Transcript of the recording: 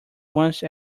once